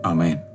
Amen